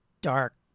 dark